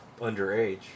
underage